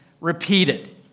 repeated